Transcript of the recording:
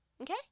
Okay